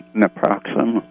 naproxen